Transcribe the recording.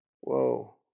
Whoa